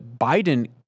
Biden